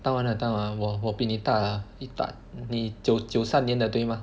当完兵了当完兵了我我比你大一半你九九三年的对 mah